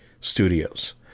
Studios